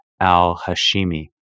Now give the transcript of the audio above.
Al-Hashimi